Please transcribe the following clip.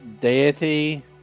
deity